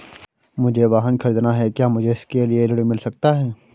मुझे वाहन ख़रीदना है क्या मुझे इसके लिए ऋण मिल सकता है?